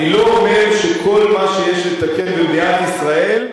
אני לא אומר שכל מה שצריך לתקן במדינת ישראל,